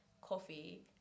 coffee